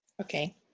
Okay